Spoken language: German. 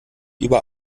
über